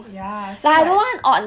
ya so like